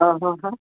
અંહંહં